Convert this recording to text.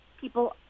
people